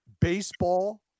Baseball